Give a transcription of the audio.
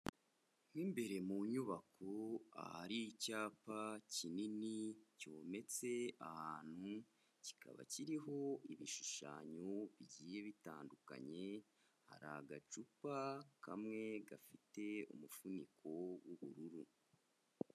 Mo imbere mu nyubako ahari icyapa kinini, cyometse ahantu, kikaba kiriho ibishushanyo bigiye bitandukanye, hari agacupa kamwe gafite umufuniko w'ubururu.